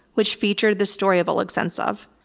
which featured the story of oleg sentsov.